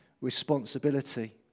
responsibility